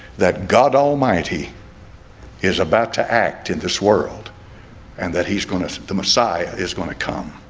that god almighty is about to act in this world and that he's gonna set the messiah is going to come